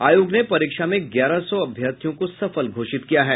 आयोग ने परीक्षा में ग्यारह सौ अभ्यर्थियों को सफल घोषित किया है